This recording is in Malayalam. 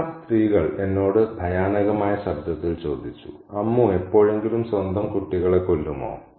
തടിച്ച സ്ത്രീകൾ എന്നോട് ഭയാനകമായ ശബ്ദത്തിൽ ചോദിച്ചു 'അമ്മു എപ്പോഴെങ്കിലും സ്വന്തം കുട്ടികളെ കൊല്ലുമോ